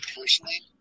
personally